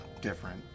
different